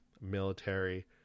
military